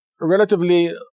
relatively